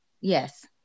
Yes